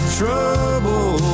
trouble